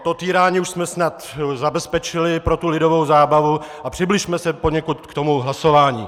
To týrání už jsme snad zabezpečili pro lidovou zábavu a přibližme se poněkud k tomu hlasování.